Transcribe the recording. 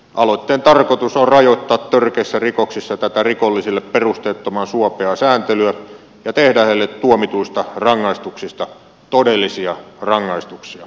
aloitteen tarkoitus on rajoittaa törkeissä rikoksissa tätä rikollisille perusteettoman suopeaa sääntelyä ja tehdä heille tuomituista rangaistuksista todellisia rangaistuksia